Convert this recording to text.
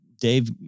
Dave